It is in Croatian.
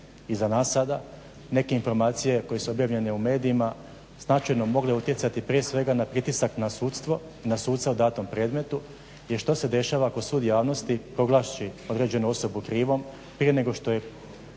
iza nas sada, neke informacije koje su objavljene u medijima značajno mogle utjecati prije svega na pritisak na sudstvo i na suca u datom predmetu jer što se dešava ako sud javnosti proglasi određenu osobu krivom prije nego što je